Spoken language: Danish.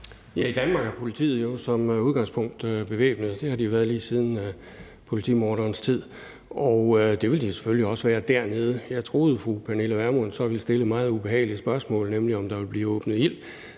(V): I Danmark er politiet jo som udgangspunkt bevæbnet, og det har de været lige siden politimorderens tid, og det vil de selvfølgelig også være dernede. Jeg troede, fru Pernille Vermund så ville stille et meget ubehageligt spørgsmål, nemlig om der ville blive åbnet ild,